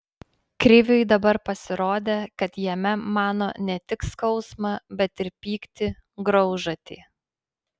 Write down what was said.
kriviui dabar pasirodė kad jame mano ne tik skausmą bet ir pyktį graužatį